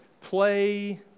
play